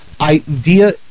idea